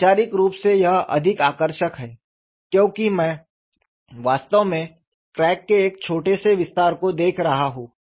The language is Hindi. वैचारिक रूप से यह अधिक आकर्षक है क्योंकि मैं वास्तव में क्रैक के एक छोटे से विस्तार को देख रहा हूं